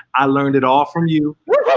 i learned it all from you.